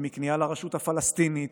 מכניעה לרשות הפלסטינית,